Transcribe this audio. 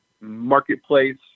marketplace